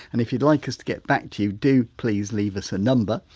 and if you'd like us to get back to you do please leave us a number.